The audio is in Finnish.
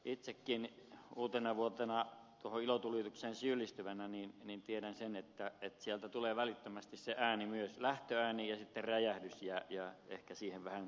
itsekin uutenavuotena ilotulitukseen syyllistyvänä tiedän sen että sieltä tulee välittömästi se ääni myös lähtöääni ja sitten räjähdys ja ehkä siihen vähän välähdystäkin päälle